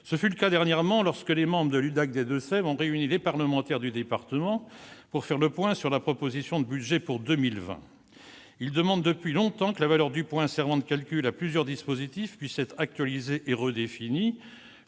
et victimes de guerre (UDAC) des Deux-Sèvres ont réuni les parlementaires du département pour faire le point sur le projet de budget pour 2020. Ils demandent depuis longtemps que la valeur du point servant de base de calcul pour plusieurs dispositifs puisse être actualisée et redéfinie.